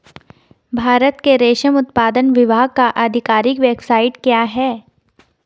भारत के रेशम उत्पादन विभाग का आधिकारिक वेबसाइट क्या है?